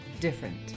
different